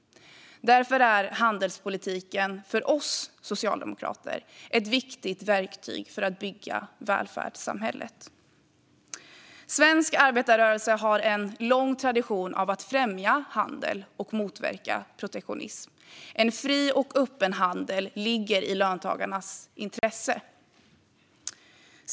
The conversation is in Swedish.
Därför är handelspolitiken för oss socialdemokrater ett viktigt verktyg för att bygga välfärdssamhället. Svensk arbetarrörelse har en lång tradition av att främja handel och motverka protektionism. En fri och öppen handel ligger i löntagarnas intresse.